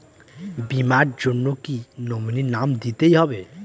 বীমার জন্য কি নমিনীর নাম দিতেই হবে?